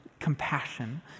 compassion